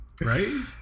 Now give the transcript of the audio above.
right